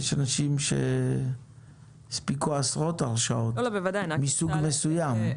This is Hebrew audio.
יש אנשים שהספיקו לעבור עשרות הרשעות מסוג מסוים.